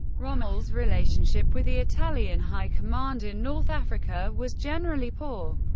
rommel's relationship with the italian high command in north africa was generally poor.